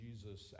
Jesus